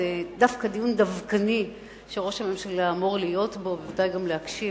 זה דיון דווקני שראש הממשלה אמור להיות בו ובוודאי גם להקשיב.